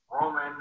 Roman